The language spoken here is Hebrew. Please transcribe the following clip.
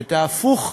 ואת ההפוך,